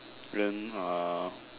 then ah